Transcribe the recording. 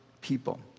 people